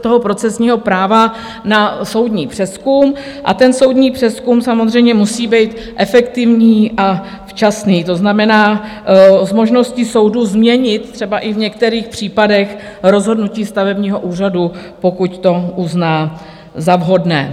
toho procesního práva na soudní přezkum a soudní přezkum samozřejmě musí být efektivní a včasný, to znamená, s možností soudu změnit třeba i v některých případech rozhodnutí stavebního úřadu, pokud to uzná za vhodné.